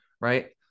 right